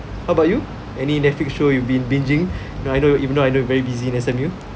how about you any netflix show you've been binging I know even though I look very busy in S_M_U